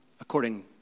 According